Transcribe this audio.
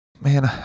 man